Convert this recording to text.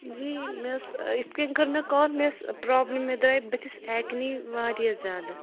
جی مےٚ ٲس یِتھ کَنۍ کٔر مےٚ کال مےٚ ٲس پرٛابلِم مےٚ درٛاے بٔتھِس اٮ۪کنی واریاہ زیادٕ